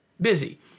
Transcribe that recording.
busy